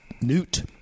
Newt